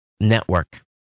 network